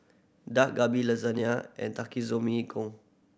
Dak Galbi Lasagne and Takikomi Gohan